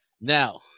Now